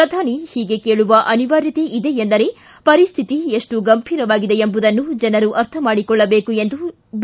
ಪ್ರಧಾನಿ ಹೀಗೆ ಕೇಳುವ ಅನಿವಾರ್ಯತೆ ಇದೆ ಎಂದರೆ ಪರಿಸ್ಟಿತಿ ಎಷ್ಟು ಗಂಭಿರವಾಗಿದೆ ಎಂಬುದನ್ನು ಜನರು ಅರ್ಥ ಮಾಡಿಕೊಳ್ಳಬೇಕು ಎಂದು ಬಿ